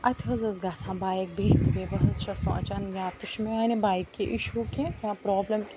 اَتہِ حظ ٲس گژھان بایِک بِہِتھ تہِ بہِتھ بہٕ حظ چھیٚس سونٛچان یا تہٕ چھُ میٛانہِ بایکہِ اِشوٗ کیٚنٛہہ یا پرٛابلِم کیٚنٛہہ